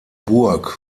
burg